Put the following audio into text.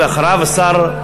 ולאחריו השר,